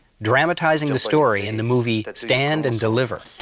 dramatizing the story in the movie stand and deliver.